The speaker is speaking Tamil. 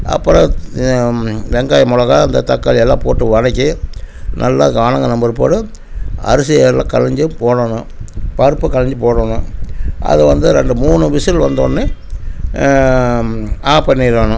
அப்புறம் வெங்காயம் மிளகா இந்த தக்காளி எல்லாம் போட்டு வதக்கி நல்லா கானம் கானம் பருப்போடு அரிசி அதில் களைஞ்சி போடணும் பருப்பு களைஞ்சி போடணும் அது வந்து ரெண்டு மூணு விசில் வந்த ஒடனே ஆப் பண்ணிடணும்